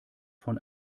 von